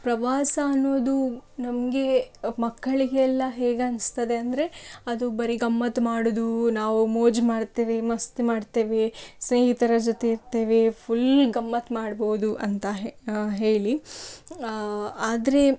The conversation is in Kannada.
ಪ್ರವಾಸ ಅನ್ನುವುದು ನಮಗೆ ಮಕ್ಕಳಿಗೆಲ್ಲ ಹೇಗನಿಸ್ತದೆ ಅಂದರೆ ಅದು ಬರೀ ಗಮ್ಮತ್ತು ಮಾಡೋದು ನಾವು ಮೋಜು ಮಾಡ್ತೇವೆ ಮಸ್ತಿ ಮಾಡ್ತೇವೆ ಸ್ನೇಹಿತರ ಜೊತೆ ಇರ್ತೇವೆ ಫುಲ್ ಗಮ್ಮತ್ತು ಮಾಡ್ಬೋದು ಅಂತ ಹೇಳಿ ಆದರೆ